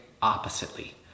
oppositely